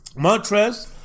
Montrez